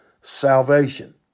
salvation